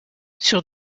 sur